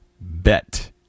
bet